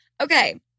Okay